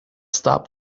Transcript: stop